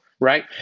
Right